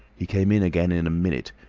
he came in again in a minute,